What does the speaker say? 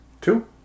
Two